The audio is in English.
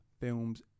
films